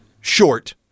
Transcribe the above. short